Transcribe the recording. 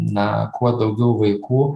na kuo daugiau vaikų